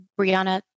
Brianna